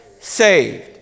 saved